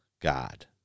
God